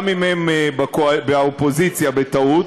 גם אם הם באופוזיציה בטעות,